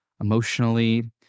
emotionally